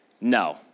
No